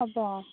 হ'ব অঁ